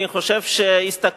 אני חושב שהסתכנת,